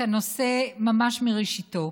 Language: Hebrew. את הנושא ממש מראשיתו.